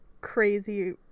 crazy